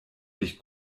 dich